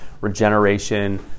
regeneration